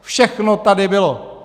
Všechno tady bylo.